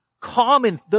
common